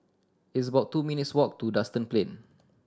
it's about two minutes' walk to Duxton Plain